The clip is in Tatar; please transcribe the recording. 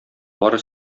бары